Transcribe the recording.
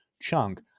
chunk